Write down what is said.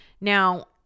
Now